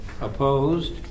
Opposed